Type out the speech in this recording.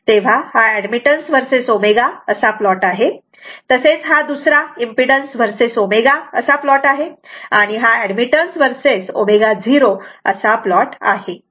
तेव्हा हा admittance versus ω admittance verses ω असा प्लॉट आहे तसेच हा दुसरा इम्पीडन्स वर्सेस ω impedance verses ω असा प्लॉट आहे आणि हा ऍडमिटन्स वर्सेस ω0 admittance verses ω असा प्लॉट आहे